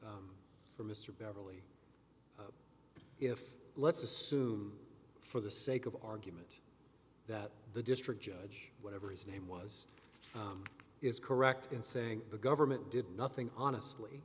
counsel for mr beverley if let's assume for the sake of argument that the district judge whatever his name was is correct in saying the government did nothing honestly